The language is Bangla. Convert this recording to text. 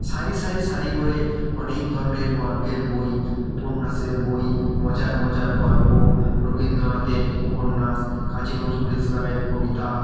সারি সারি সারি করে অনেক ধরনের গল্পের বই উপন্যাসের বই মজার মজার গল্প রবীন্দ্রনাথের উপন্যাস কাজী নজরুল ইসলামের কবিতা